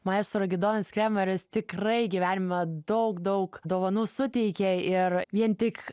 maestro gidonas kremeris tikrai gyvenime daug daug dovanų suteikė ir vien tik